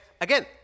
again